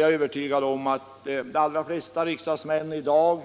Jag är övertygad om att de flesta riksdagsmännen i dag